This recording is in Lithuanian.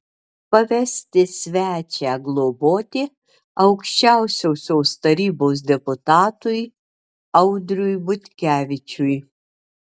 pavesti svečią globoti aukščiausiosios tarybos deputatui audriui butkevičiui